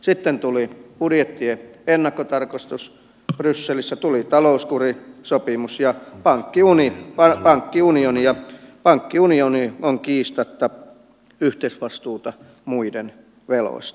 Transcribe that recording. sitten tuli budjettien ennakkotarkastus brysselissä tuli talouskurisopimus ja pankkiunioni ja pankkiunioni on kiistatta yhteisvastuuta muiden veloista